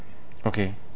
okay